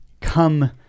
come